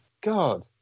God